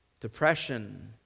Depression